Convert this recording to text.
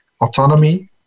autonomy